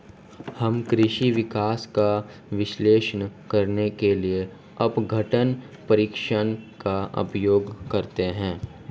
हम कृषि विकास का विश्लेषण करने के लिए अपघटन परीक्षण का उपयोग करते हैं